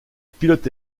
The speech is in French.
pilote